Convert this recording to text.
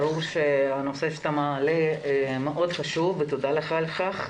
ברור שהנושא שאתה מעלה מאוד חשוב, ותודה לך על כך.